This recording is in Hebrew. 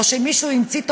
או שמישהו המציא,